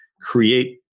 Create